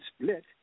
split